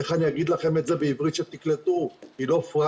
איך אני אגיד לכם את זה בעברית שתקלטו היא לא פראיירית.